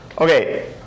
Okay